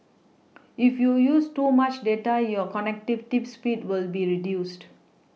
if you use too much data your connectivity speed will be reduced